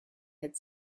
had